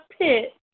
pit